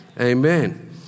Amen